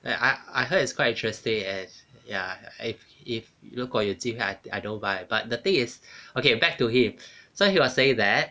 and I I heard it's quite interesting eh ya eh if 如果有机会 I don't mind but the thing is okay back to him so he will say that